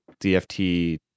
DFT